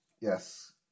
Yes